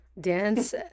Dance